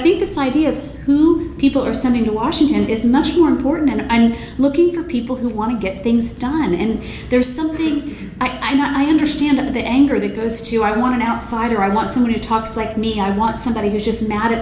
decided of who people are sending to washington is much more important and i'm looking for people who want to get things done and there's something i'm not i understand of the anger that goes to i want an outsider i want somebody talks like me i want somebody who's just mad at